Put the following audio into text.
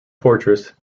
portraits